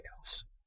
else